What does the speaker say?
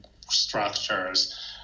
structures